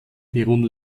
beruhen